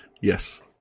yes